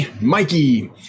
mikey